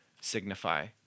signify